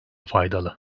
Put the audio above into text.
faydalı